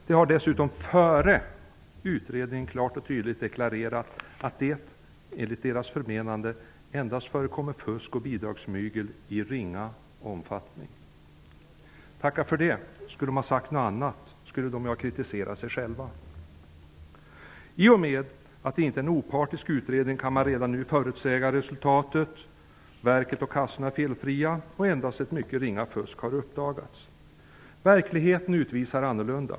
De har dessutom före utredningen klart och tydligt deklarerat att det, enligt deras förmenande, endast förekommer fusk och bidragsmygel i ringa omfattning. Tacka för det -- skulle de ha sagt annat skulle de ju ha kritiserat sig själva. I och med att det inte är en opartisk utredning kan man redan nu förutsäga resultatet, nämligen att verket och kassorna är felfria och att endast ett mycket ringa fusk har uppdagats. Men verkligheten utvisar annorlunda.